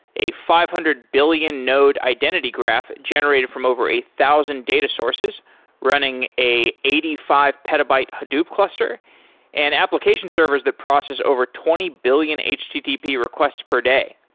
a five hundred billion node identity graph generated from over a thousand data sources running a eighty five petabyte hadoop cluster and application servers that process over twenty billion http requests per day.